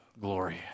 glory